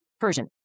Persian